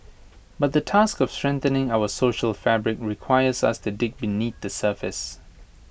but the task of strengthening our social fabric requires us to dig beneath the surface